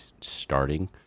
starting